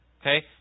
Okay